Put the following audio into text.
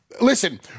listen